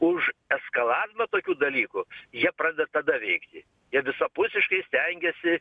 už eskalavimą tokių dalykų jie pradeda tada veikti jie visapusiškai stengiasi